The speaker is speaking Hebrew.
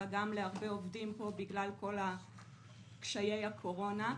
אלא גם להרבה עובדים פה בגלל כל קשיי הקורונה.